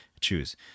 Choose